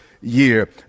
year